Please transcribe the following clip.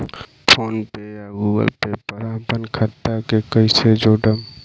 PhonePe या Google Pay पर अपना खाता के कईसे जोड़म?